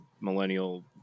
millennial